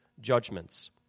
judgments